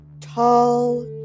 Tall